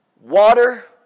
water